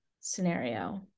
scenario